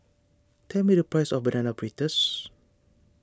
tell me the price of Banana Fritters